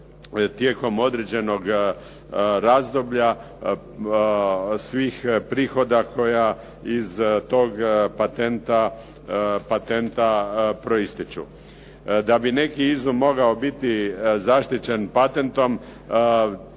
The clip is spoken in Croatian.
tijekom određenog razdoblja svih prihoda koji iz tog patenta proističu. Da bi neki izum mogao biti zaštićen patentom